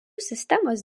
sistemos